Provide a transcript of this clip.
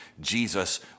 Jesus